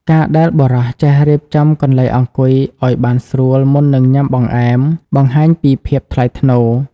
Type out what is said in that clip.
ការដែលបុរសចេះរៀបចំកន្លែងអង្គុយឱ្យបានស្រួលមុននឹងញ៉ាំបង្អែម បង្ហាញពីភាពថ្លៃថ្នូរ។